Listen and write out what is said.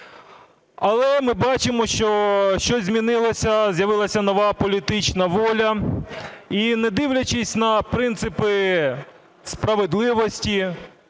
Але ми бачимо, що щось змінилося, з'явилася нова політична воля. І не дивлячись на принципи справедливості,